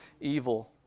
evil